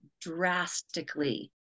drastically